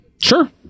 Sure